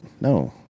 No